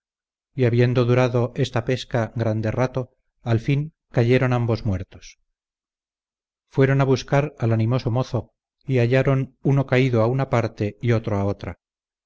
habiendo durado esta pesca grande rato al fin cayeron ambos muertos fueron a buscar al animoso mozo y hallaron uno caído a una parte y otro a otra